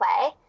play